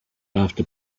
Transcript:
after